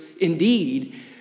indeed